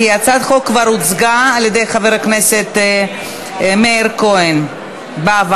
כי הצעת החוק כבר הוצגה על-ידי חבר הכנסת מאיר כהן בעבר,